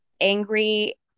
angry